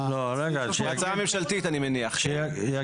אני מניח שאתה